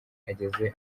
ageze